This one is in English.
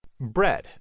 bread